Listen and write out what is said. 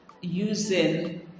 using